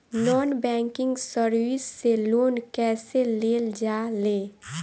Non banking service से loan कैसे लेल जा ले?